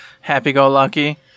happy-go-lucky